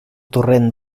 torrent